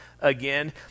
again